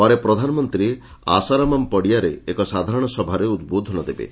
ପରେ ପ୍ରଧାନମନ୍ତ୍ରୀ ଆଶାରାମମ୍ ପଡ଼ିଆରେ ଏକ ସାଧାରଣ ସଭାରେ ଉଦ୍ବୋଧନ ଦେବେ